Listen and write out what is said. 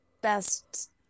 best